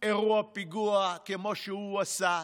אירוע פיגוע כמו שהוא עשה,